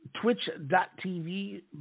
twitch.tv